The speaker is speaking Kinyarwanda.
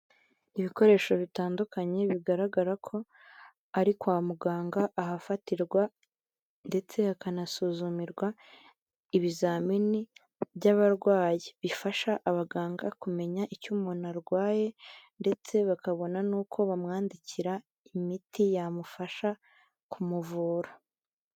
Ibikoresho bitandukanye, bigaragara ko ari kwa muganga, ahafatirwa ndetse hakanasuzumirwa ibizamini by'abarwayi. Bifasha abaganga kumenya icyo umuntu arwaye, ndetse bakabona n'uko bamwandikira imiti yamufasha kumuvura.